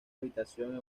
habitación